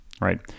right